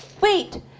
wait